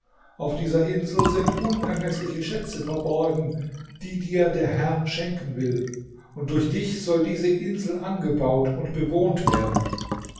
auf dieser insel sind unermeßliche schätze verborgen die dir der herr schenken will und durch dich soll diese insel angebaut und bewohnt werden